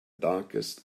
darkest